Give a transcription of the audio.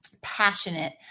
passionate